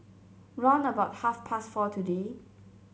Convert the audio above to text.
round about half past four today